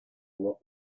what